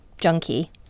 junkie